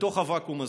בתוך הוואקום הזה.